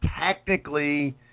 technically